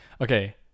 Okay